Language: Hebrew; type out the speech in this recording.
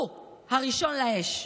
הוא הראשון לאש.